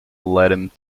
led